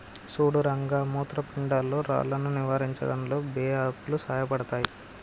సుడు రంగ మూత్రపిండాల్లో రాళ్లను నివారించడంలో బే ఆకులు సాయపడతాయి